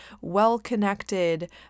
well-connected